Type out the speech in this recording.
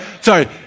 sorry